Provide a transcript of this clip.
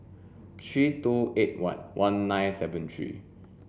three two eight one one nine seven three